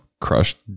crushed